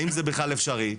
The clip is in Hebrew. האם זה בכלל אפשרי.